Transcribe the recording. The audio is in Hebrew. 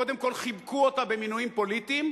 קודם כול חיבקו אותה במינויים פוליטיים,